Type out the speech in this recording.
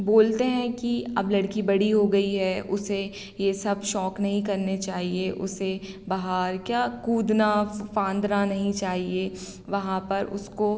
बोलते हैं कि अब लड़की बड़ी हो गई है उसे ये सब शौक नहीं करने चाहिए उसे बाहर क्या कूदना फाँदना नहीं चाहिए वहाँ पर उसको